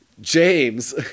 James